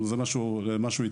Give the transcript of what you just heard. ולזה הוא התכוון.